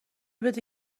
بده